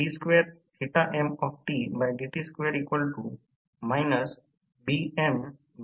5 volt ammeter वाचन 13 ampere आणि watt meter वाचन 112 वॅट आहे